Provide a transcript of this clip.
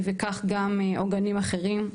וכך גם עוגנים אחרים,